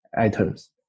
items